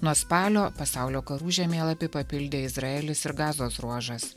nuo spalio pasaulio karų žemėlapį papildė izraelis ir gazos ruožas